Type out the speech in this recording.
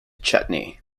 chutney